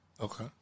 Okay